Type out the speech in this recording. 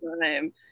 time